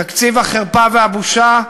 תקציב החרפה והבושה,